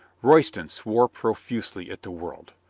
royston swore profusely at the world.